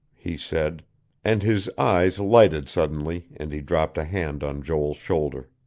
he said and his eyes lighted suddenly, and he dropped a hand on joel's shoulder.